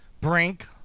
Brink